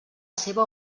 seva